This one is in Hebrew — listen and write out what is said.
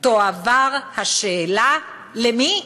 תועבר השאלה" למי?